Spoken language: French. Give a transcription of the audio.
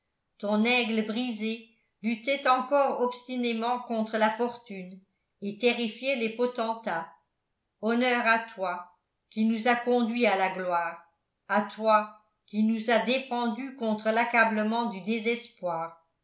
ton aigle brisée luttait encore obstinément contre la fortune et terrifiait les potentats honneur à toi qui nous as conduits à la gloire à toi qui nous as défendus contre l'accablement du désespoir